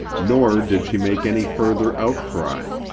nor did she make any further outcry.